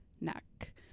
neck